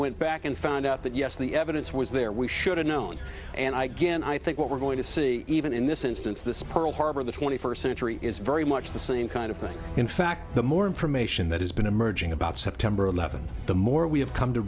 went back and found out that yes the evidence was there we should have known and i gan i think what we're going to see even in this instance this pearl harbor the twenty first century is very much the same kind of thing in fact the more information that has been emerging about september eleventh the more we have come to